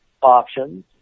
options